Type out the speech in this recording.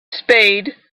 spade